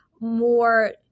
more